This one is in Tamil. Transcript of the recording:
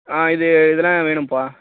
ஆ இது இதெலாம் வேணும்பா